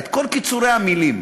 את כל קיצורי המילים